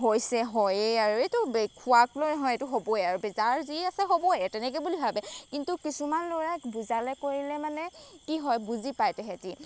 হৈছে হয়েই আৰু এইটো খোৱাক লৈ নহয় এইটো হ'বই সেইকাৰণে যি আছে হ'বই তেনেকৈ বুলি ভাবে কিন্তু কিছুমান ল'ৰাক বুজালে কৰিলে মানে কি হয় বুজি পায় তেহেঁতি